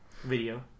video